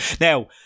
Now